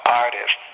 artist